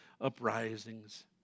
uprisings